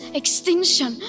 extinction